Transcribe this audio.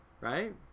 right